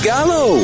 Gallo